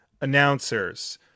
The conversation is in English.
announcers